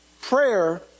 prayer